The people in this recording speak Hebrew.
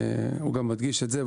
הוא גם מדגיש את זה,